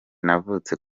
navutse